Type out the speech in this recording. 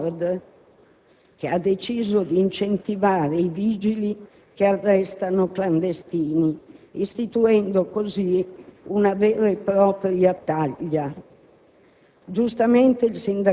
cioè di un centro di permanenza più o meno temporanea. Un coraggioso giornalista ce ne ha offerto recentemente ampia prova.